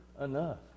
enough